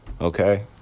okay